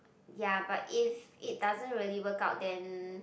ya but if it doesn't really work out then